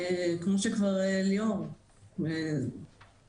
כמו שכבר ליאור אמר,